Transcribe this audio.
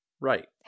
Right